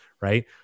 right